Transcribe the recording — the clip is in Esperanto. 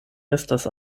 estas